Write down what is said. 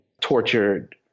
tortured